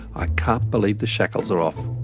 i can't believe the shackles are off.